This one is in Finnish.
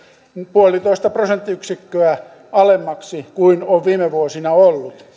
puolitoista prosenttiyksikköä alemmaksi kuin se on viime vuosina ollut